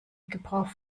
gebrauch